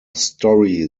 story